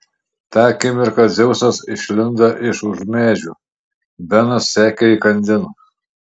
tą akimirką dzeusas išlindo iš už medžių benas sekė įkandin